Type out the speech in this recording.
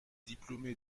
diplômé